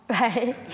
right